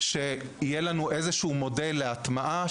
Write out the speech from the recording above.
שיהיה לנו איזה שהוא מודל יעיל להטמעה,